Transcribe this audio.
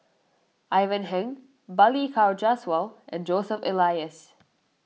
Ivan Heng Balli Kaur Jaswal and Joseph Elias